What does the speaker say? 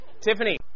Tiffany